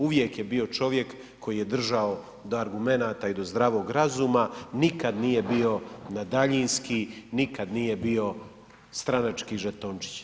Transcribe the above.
Uvijek je bio čovjek koji je držao do argumenata i do zdravog razuma, nikad nije bio na daljinski, nikad nije bio stranački žetončić.